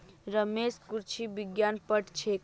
रमेश कृषि विज्ञान पढ़ छेक